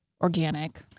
organic